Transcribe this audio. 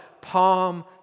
Palm